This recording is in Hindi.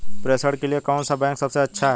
प्रेषण के लिए कौन सा बैंक सबसे अच्छा है?